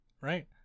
right